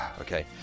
okay